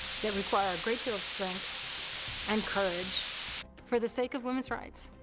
that require a great deal of strength and courage for the sake of women's rights.